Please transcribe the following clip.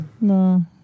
No